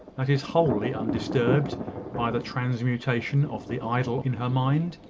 that is wholly undisturbed by the transmutation of the idol in her mind?